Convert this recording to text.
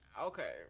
okay